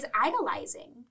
idolizing